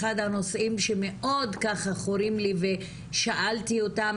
אחד הנושאים שמאוד ככה חורים לי ושאלתי אותן,